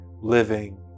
living